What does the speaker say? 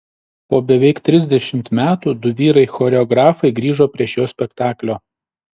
po beveik trisdešimt metų du vyrai choreografai grįžo prie šio spektaklio